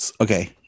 okay